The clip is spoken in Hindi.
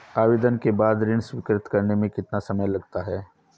आवेदन के बाद ऋण स्वीकृत करने में कितना समय लगता है?